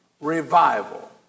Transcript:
Revival